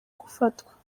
gufatwa